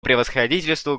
превосходительству